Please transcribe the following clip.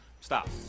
Stop